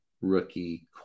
rookie